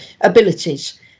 abilities